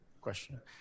question